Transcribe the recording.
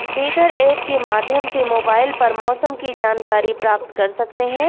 weather app के माध्यम से मोबाइल पर मौसम की जानकारी प्राप्त कर सकते हैं